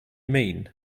mean